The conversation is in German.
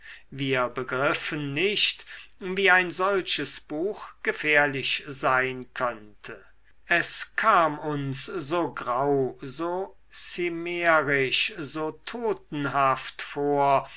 wir begriffen nicht wie ein solches buch gefährlich sein könnte es kam uns so grau so cimmerisch so totenhaft vor